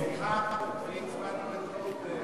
(זיהוי טלפוני של עוסק),